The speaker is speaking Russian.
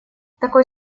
такой